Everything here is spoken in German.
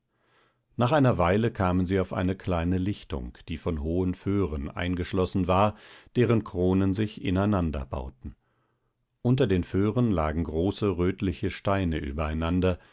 nach einer weile kamen sie auf eine kleine lichtung die von hohen föhren eingeschlossen war deren kronen sich ineinanderbauten unter den föhren lagen große rötliche steine übereinander